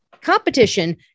competition